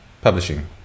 publishing